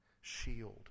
shield